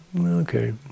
Okay